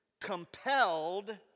compelled